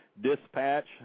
Dispatch